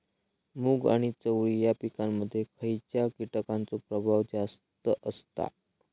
मूग आणि चवळी या पिकांमध्ये खैयच्या कीटकांचो प्रभाव जास्त असता?